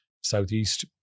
southeast